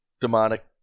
demonic